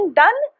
done